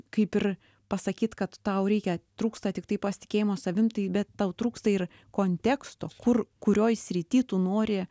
kaip ir pasakyt kad tau reikia trūksta tiktai pasitikėjimo savim tai bet tau trūksta ir konteksto kur kurioj srity tu nori